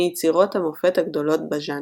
מיצירות המופת הגדולות בז׳אנר.